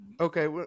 Okay